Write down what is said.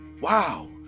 Wow